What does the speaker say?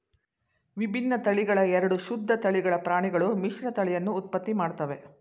ವಿಭಿನ್ನ ತಳಿಗಳ ಎರಡು ಶುದ್ಧ ತಳಿಗಳ ಪ್ರಾಣಿಗಳು ಮಿಶ್ರತಳಿಯನ್ನು ಉತ್ಪತ್ತಿ ಮಾಡ್ತವೆ